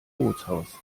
bootshaus